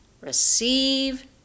receive